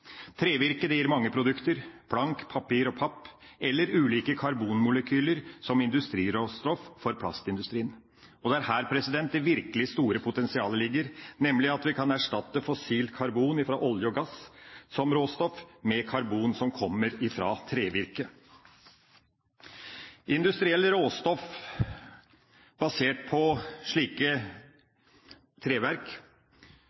gir mange produkter: plank, papir og papp, eller ulike karbonmolekyler som industriråstoff for plastindustrien. Og det er her det virkelig store potensialet ligger, nemlig at vi kan erstatte fossilt karbon fra olje og gass som råstoff med karbon som kommer fra trevirke. Industrielle råstoff basert på